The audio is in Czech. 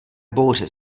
bouře